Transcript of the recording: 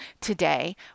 today